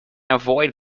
avoid